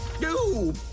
no,